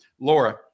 Laura